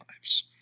lives